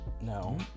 No